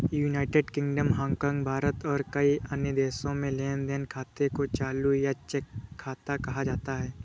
United Kingdom, Hong Kong, Bharat और कई अन्य देशों में लेन देन खाते को चालू या चेक खाता कहा जाता है